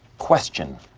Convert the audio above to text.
question.